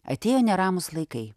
atėjo neramūs laikai